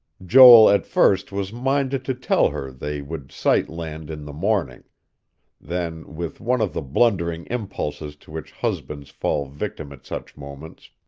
joel, at first, was minded to tell her they would sight land in the morning then, with one of the blundering impulses to which husbands fall victim at such moments,